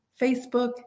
Facebook